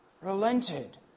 relented